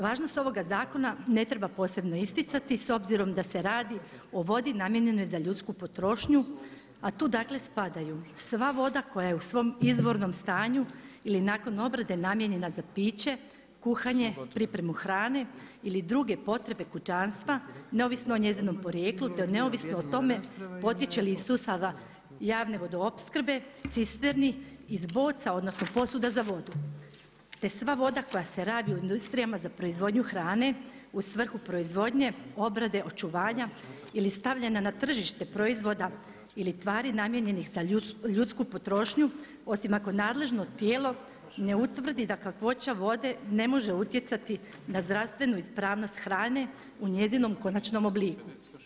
Važnost ovoga zakona ne treba posebno isticati s obzirom da se radi o vodi namijenjenoj za ljudsku potrošnju a tu dakle spadaju sva voda koja je u svom izvornom stanju ili nakon obrade namijenjena za piće, kuhanje, pripremu hrane ili druge potrebe kućanstva neovisno o njezinom porijeklu te neovisno o tome potiče li iz sustava javne vodoopskrbe, cisterni, iz boca odnosno posuda za vodu, te sva voda koja se rabi u industrijama za proizvodnju hrane u svrhu proizvodnje, obrade, očuvanja ili stavljanja na tržište proizvoda ili tvari namijenjenih za ljudsku potrošnju osim ako nadležno tijelo ne utvrdi da kakvoća vode ne može utjecati na zdravstvenu ispravnost hrane u njezinom konačnom obliku.